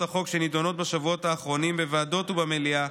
החוק שנדונות בשבועות האחרונים בוועדות ובמליאה,